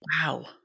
Wow